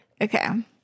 Okay